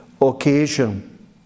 occasion